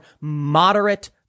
moderate